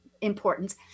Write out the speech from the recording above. Importance